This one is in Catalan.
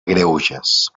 greuges